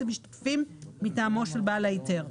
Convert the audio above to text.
אלה משתתפים מטעמו של בעל ההיתר.